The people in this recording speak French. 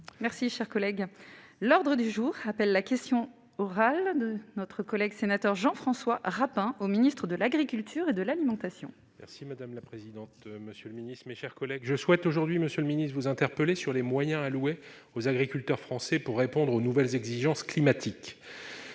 Merci, cher collègue, l'ordre du jour appelle la question orale de notre collègue sénateur Jean-François Rapin au Ministre de l'Agriculture et de l'alimentation. Merci madame la présidente, monsieur le Ministre, mes chers collègues, je souhaite aujourd'hui, Monsieur le Ministre vous interpeller sur les moyens alloués aux agriculteurs français pour répondre aux nouvelles exigences climatiques